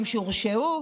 שהורשעו.